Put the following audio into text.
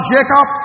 Jacob